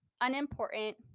unimportant